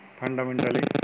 fundamentally